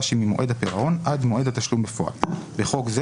שממועד הפירעון עד מועד התשלום בפועל (בחוק זה,